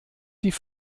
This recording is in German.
die